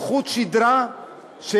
חוט שדרה של